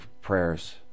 prayers